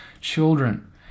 children